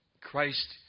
Christ